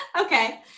Okay